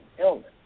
illness